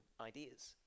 ideas